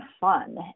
fun